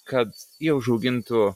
kad jie užaugintų